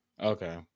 Okay